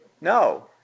No